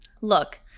look